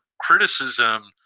criticism